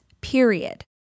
period